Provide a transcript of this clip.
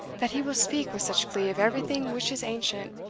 that he will speak with such glee of everything which is ancient,